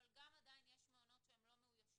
אבל גם עדיין יש מעונות שהם לא מאוישים